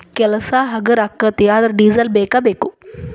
ಕೆಲಸಾ ಹಗರ ಅಕ್ಕತಿ ಆದರ ಡಿಸೆಲ್ ಬೇಕ ಬೇಕು